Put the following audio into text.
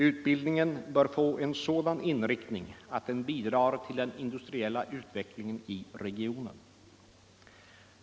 Utbildningen bör få en sådan inriktning att den bidrar till den industriella utvecklingen i regionen.